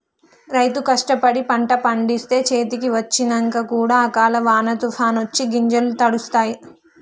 రైతు కష్టపడి పంట పండిస్తే చేతికి వచ్చినంక కూడా అకాల వానో తుఫానొ వచ్చి గింజలు తడుస్తాయ్